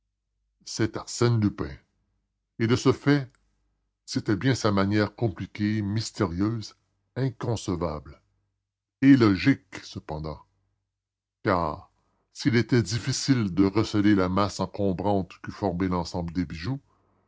c'est arsène lupin et de fait c'était bien sa manière compliquée mystérieuse inconcevable et logique cependant car s'il était difficile de recéler la masse encombrante qu'eût formée l'ensemble des bijoux